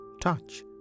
touch